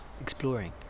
exploring